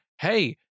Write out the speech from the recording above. hey